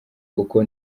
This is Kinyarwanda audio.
uko